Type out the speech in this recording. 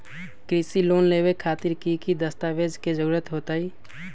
कृषि लोन लेबे खातिर की की दस्तावेज के जरूरत होतई?